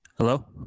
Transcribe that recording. Hello